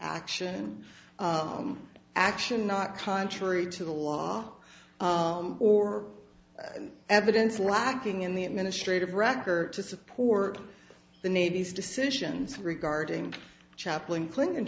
action action not contrary to the law or evidence lacking in the administrative record to support the navy's decisions regarding chaplain clinton